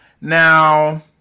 now